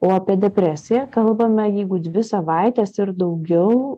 o apie depresiją kalbame jeigu dvi savaites ir daugiau